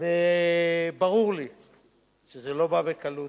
וברור לי שזה לא בא בקלות.